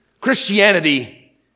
Christianity